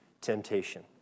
temptation